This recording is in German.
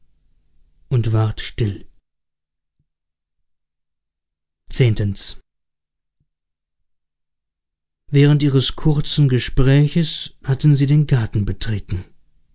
und ward still xv während ihres kurzen gespräches hatten sie den garten betreten